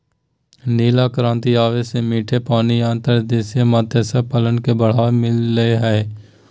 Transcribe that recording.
नीली क्रांति आवे से मीठे पानी या अंतर्देशीय मत्स्य पालन के बढ़ावा मिल लय हय